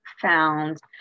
found